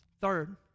Third